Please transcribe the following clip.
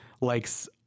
likes